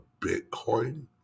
Bitcoin